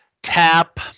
tap